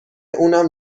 اونم